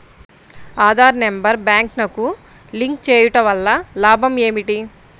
Aadhaar number బ్యాంక్నకు link చేయుటవల్ల లాభం ఏమిటి?